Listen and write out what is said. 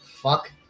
fuck